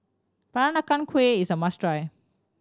Peranakan Kueh is a must try